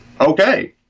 okay